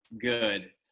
good